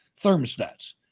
thermostats